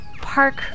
park